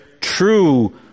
true